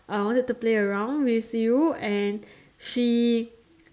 uh wanted to play around with you and she